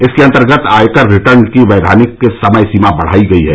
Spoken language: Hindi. इसके अंतर्गत आय कर रिटर्न की वैधानिक समय सीमा बढाई गई है